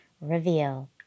reveal